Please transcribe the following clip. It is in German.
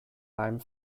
leim